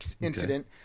incident